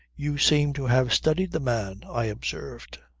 you seem to have studied the man, i observed.